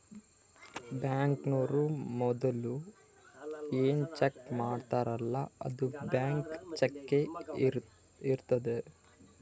ಬ್ಯಾಂಕ್ನವ್ರು ಮದುಲ ಏನ್ ಚೆಕ್ ಕೊಡ್ತಾರ್ಲ್ಲಾ ಅದು ಬ್ಲ್ಯಾಂಕ್ ಚಕ್ಕೇ ಇರ್ತುದ್